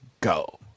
go